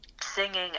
singing